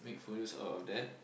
full use all of that